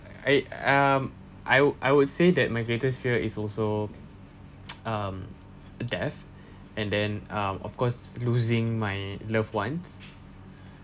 I um I would I would say that my greatest fear is also um death and then um of course losing my loved ones